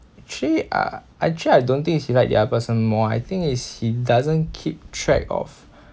actually uh actually I don't think he's like the other person more I think is he doesn't keep track of